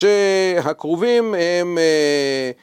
‫שהקרובים הם...